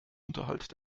unterhalt